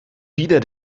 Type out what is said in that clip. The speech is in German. wieder